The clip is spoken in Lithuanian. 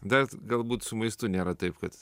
dar t galbūt su maistu nėra taip kad